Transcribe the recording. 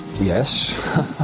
Yes